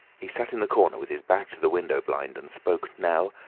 he sat in the corner with his back to the window-blind and spoke now,